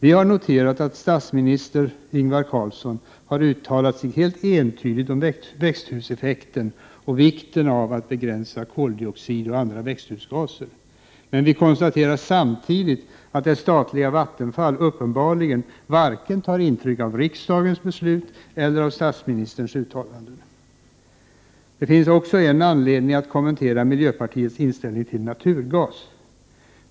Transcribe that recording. Vi har noterat att statsminister Ingvar Carlsson har uttalat sig helt entydigt om växthuseffekten och vikten av att begränsa koldioxid och andra växthusgaser, men vi konstaterar samtidigt att det statliga Vattenfall uppenbarligen varken tar intryck av riksdagens beslut eller av statsministerns uttalande. Det finns också anledning att kommentera miljöpartiets inställning till naturgas.